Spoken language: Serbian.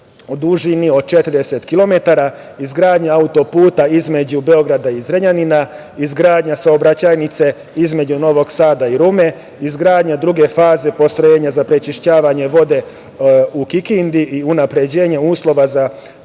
dužini od 40 kilometara, izgradnja auto-puta između Beograda i Zrenjanina, izgradnja saobraćajnice između Novog Sada i Rume, izgradnja druge faze postrojenja za prečišćavanje vode u Kikindi i unapređenje uslova za